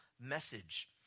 message